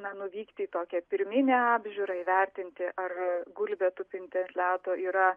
na nuvykti į tokią pirminę apžiūrą įvertinti ar gulbė tupinti ant ledo yra